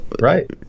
Right